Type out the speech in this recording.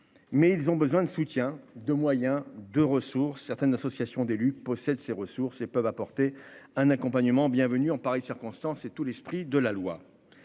mais ils ont besoin de soutien, de moyens de ressources, certaines associations d'élus possède ses ressources et peuvent apporter un accompagnement bienvenue en pareille circonstance, et tout l'esprit de la loi,